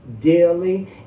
daily